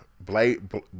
Blade